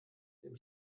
dem